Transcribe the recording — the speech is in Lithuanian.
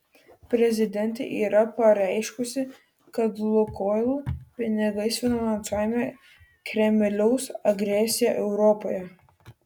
prezidentė yra pareiškusi kad lukoil pinigais finansuojama kremliaus agresija europoje